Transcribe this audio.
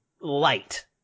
light